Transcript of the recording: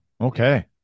Okay